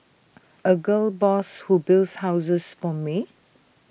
A gal boss who builds houses for me